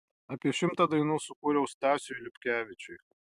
apie šimtą dainų sukūriau stasiui liupkevičiui